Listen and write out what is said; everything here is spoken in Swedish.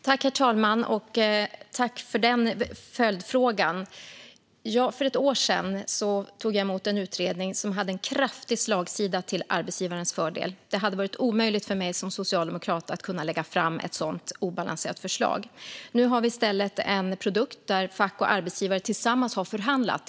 Herr talman! Jag tackar för denna följdfråga. För ett år sedan tog jag emot en utredning som hade en kraftig slagsida till arbetsgivarens fördel. Det hade varit omöjligt för mig som socialdemokrat att lägga fram ett sådant obalanserat förslag. Nu har vi i stället en produkt där fack och arbetsgivare tillsammans har förhandlat.